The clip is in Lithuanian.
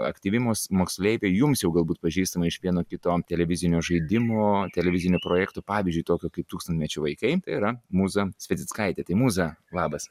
aktyvi mūs moksleiviai jums jau galbūt pažįstama iš vieno kito televizinio žaidimo televizinių projektų pavyzdžiui tokio kaip tūkstantmečio vaikai tai yra mūza svetickaitė mūza labas